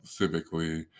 civically